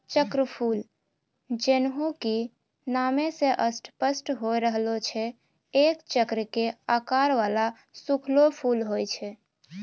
चक्रफूल जैन्हों कि नामै स स्पष्ट होय रहलो छै एक चक्र के आकार वाला सूखलो फूल होय छै